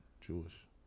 Jewish